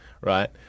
right